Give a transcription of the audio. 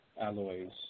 alloys